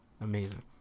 amazing